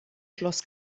schloss